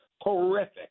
horrific